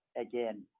again